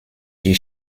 die